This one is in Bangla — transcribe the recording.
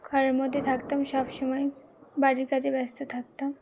ঘরের মধ্যে থাকতাম সবসময় বাড়ির কাজে ব্যস্ত থাকতাম